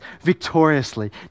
victoriously